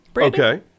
Okay